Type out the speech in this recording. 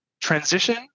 transition